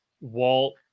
Walt